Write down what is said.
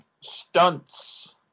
stunts